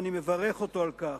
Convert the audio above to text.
ואני מברך אותו על כך,